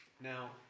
Now